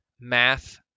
math